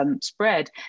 spread